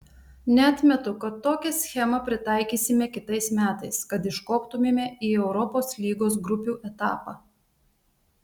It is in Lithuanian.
neatmetu kad tokią schemą pritaikysime kitais metais kad iškoptumėme į europos lygos grupių etapą